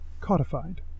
codified